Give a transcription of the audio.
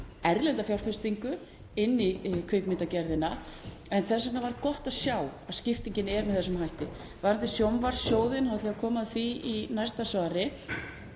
erlenda fjárfestingu inn í kvikmyndagerðina. Þess vegna var gott að sjá að skiptingin er með þessum hætti. Varðandi sjónvarpssjóðinn — ég ætla að koma að því í næsta svari.